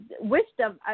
wisdom